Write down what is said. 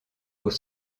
aux